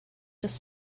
just